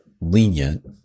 lenient